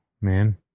man